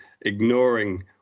ignoring